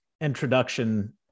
introduction